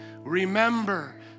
Remember